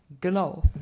Genau